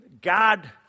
God